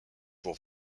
pour